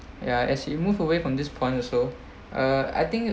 ya as you move away from this point also uh I think